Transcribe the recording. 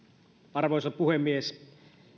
arvoisa puhemies